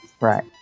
Right